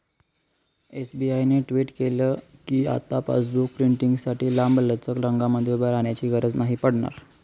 SBI ने tweet केल कीआता पासबुक प्रिंटींगसाठी लांबलचक रंगांमध्ये उभे राहण्याची गरज नाही पडणार